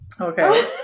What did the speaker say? Okay